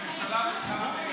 אני לא סתם אומר.